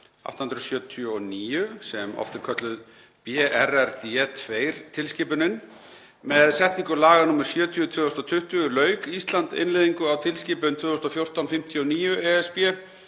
2019/879, sem oft er kölluð BRRD II-tilskipunin. Með setningu laga nr. 70/2020 lauk Ísland innleiðingu á tilskipun 2014/59/ESB,